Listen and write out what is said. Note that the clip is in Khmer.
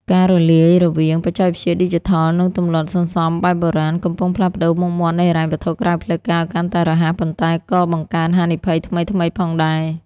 ការរលាយរវាង "បច្ចេកវិទ្យាឌីជីថល" និង "ទម្លាប់សន្សំបែបបុរាណ" កំពុងផ្លាស់ប្តូរមុខមាត់នៃហិរញ្ញវត្ថុក្រៅផ្លូវការឱ្យកាន់តែរហ័ស ប៉ុន្តែក៏បង្កើនហានិភ័យថ្មីៗផងដែរ។